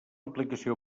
aplicació